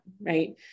right